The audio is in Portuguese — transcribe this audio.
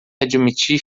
admitir